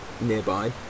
nearby